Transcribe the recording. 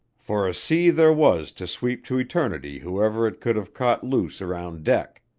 for a sea there was to sweep to eternity whoever it could've caught loose around deck.